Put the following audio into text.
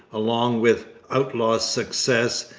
along with outlaw's success,